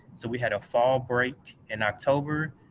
so, we had a fall break in october.